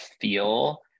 feel